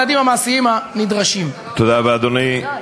החקלאות, פונה אליך,